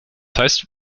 heißt